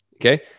okay